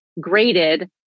graded